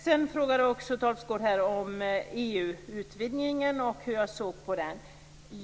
Sedan frågade Tolgfors också om EU utvidgningen och hur jag ser på den.